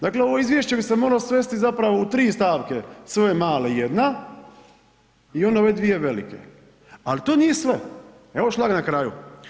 Dakle ovo izvješće bi se moglo svesti zapravo u tri stavke, sve ove male jedna i onda ove dvije velike ali to nije sve, evo šlag na kraju.